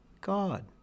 God